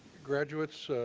graduates